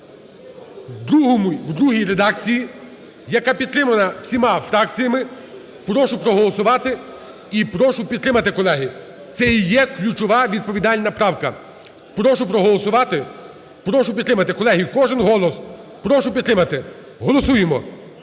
в другій редакції, яка підтримана всіма фракціями. Прошу проголосувати і прошу підтримати, колеги, це і є ключова відповідальна правка. Прошу проголосувати, прошу підтримати. Колеги, кожен голос. Прошу підтримати. Голосуємо.